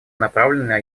направленные